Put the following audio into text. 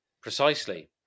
Precisely